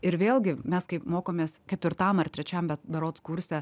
ir vėlgi mes kaip mokomės ketvirtam ar trečiam berods kurse